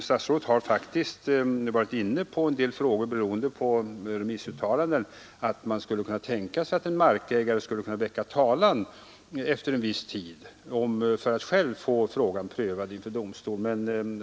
Statsrådet har tagit upp en del frågor i anslutning till remissuttalanden om att man skulle kunna tänka sig att en markägare kan väcka talan efter en viss tid för” att själv få frågan prövad inför domstol.